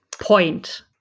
Point